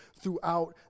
throughout